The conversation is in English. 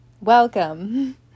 welcome